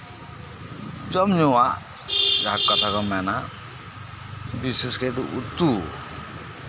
ᱡᱚᱢ ᱧᱩᱣᱟᱜ ᱡᱟᱦᱟᱸ ᱠᱟᱛᱷᱟ ᱠᱚ ᱢᱮᱱᱟ ᱵᱤᱥᱮᱥ ᱠᱟᱭᱛᱮ ᱩᱛᱩ